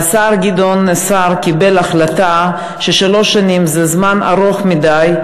והשר גדעון סער קיבל החלטה ששלוש שנים זה זמן ארוך מדי,